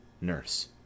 Nurse